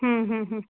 हम्म हम्म हम्म